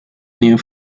near